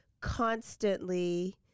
constantly